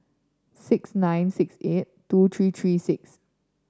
six nine six eight two three three six